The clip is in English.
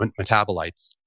metabolites